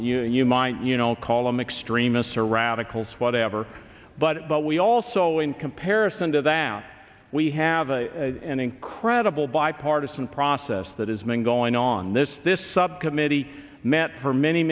know you might you know call them extremists or radicals whatever but but we also in comparison to that now we have a an incredible bipartisan process that has been going on this this subcommittee met for many